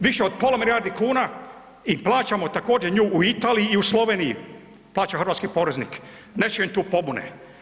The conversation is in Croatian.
Više od pola milijardi kuna i plaćamo također nju u Italiji i u Sloveniji, plaća hrvatski poreznik, ne čujem tu pobune.